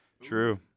True